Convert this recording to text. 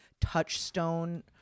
touchstone